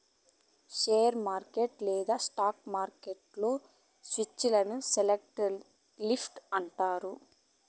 share market లేదా stock మార్కెట్లో సూచీలని సెన్సెక్స్ నిఫ్టీ అంటారు